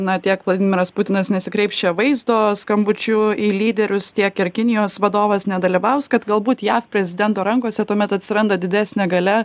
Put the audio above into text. na tiek vladimiras putinas nesikreips čia vaizdo skambučiu į lyderius tiek ir kinijos vadovas nedalyvaus kad galbūt jav prezidento rankose tuomet atsiranda didesnė galia